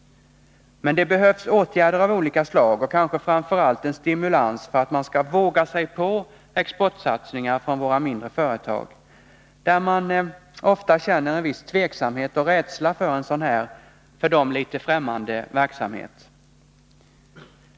Men det behövs åtgärder av olika slag och kanske framför allt en stimulans för att våra mindre företag skall våga sig på exportsatsningar, där de ofta känner en viss tveksamhet och rädsla för en sådan här, litet främmande verksamhet.